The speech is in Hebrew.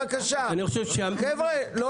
לאט ייכנסו לכאן חברי כנסת והם בעדיפות לשבת בשולחן.